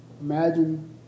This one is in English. Imagine